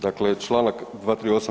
Dakle, čl. 238.